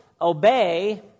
obey